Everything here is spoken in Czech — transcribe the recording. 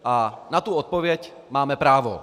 A na tu odpověď máme právo.